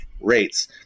rates